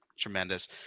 tremendous